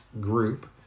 group